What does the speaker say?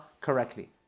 correctly